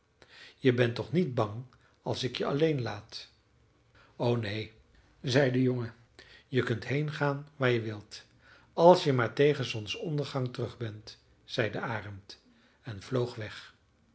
je bent toch niet bang als ik je alleen laat o neen zei de jongen je kunt heengaan waar je wilt als je maar tegen zonsondergang terug ben zei de arend en vloog weg